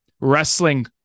Wrestling